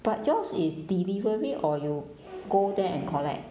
but yours is delivery or you go there and collect